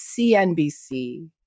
CNBC